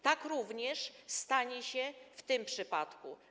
Tak również stanie się w tym przypadku.